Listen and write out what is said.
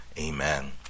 amen